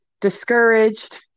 discouraged